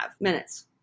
minutes